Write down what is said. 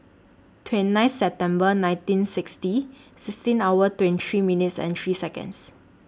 twenty nine September nineteen sixty sixteen hours twenty three minutes three Seconds